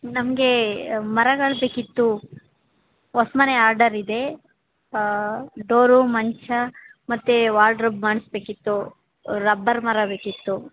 ನಮ್ಗೆ ಮರಗಳು ಬೇಕಿತ್ತು ಹೊಸ್ಮನೆ ಆರ್ಡರ್ ಇದೆ ಡೋರು ಮಂಚ ಮತ್ತು ವಾರ್ಡ್ರೋಬ್ ಮಾಡ್ಸಬೇಕಿತ್ತು ರಬ್ಬರ್ ಮರ ಬೇಕಿತ್ತು